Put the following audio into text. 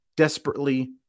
desperately